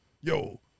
yo